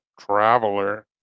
traveler